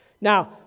Now